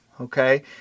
Okay